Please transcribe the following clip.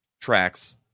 tracks